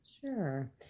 Sure